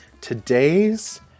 today's